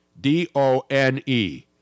D-O-N-E